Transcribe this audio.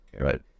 right